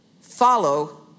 follow